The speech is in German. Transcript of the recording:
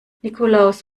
nikolaus